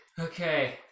Okay